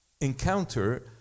encounter